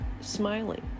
smiling